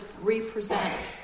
represent